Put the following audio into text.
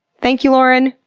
thank you, lauren.